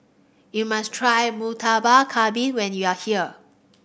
you must try Murtabak Kambing when you are here